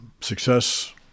success